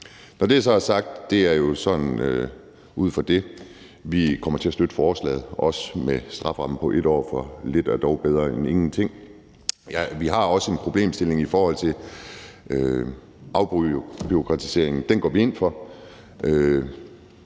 Når det så er sagt, kommer vi til at støtte forslaget, også med strafferammen på 1 år, for lidt er dog bedre end ingenting. Der er også en problemstilling i forhold til afbureaukratiseringen. Den går vi ind for,